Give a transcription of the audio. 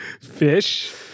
fish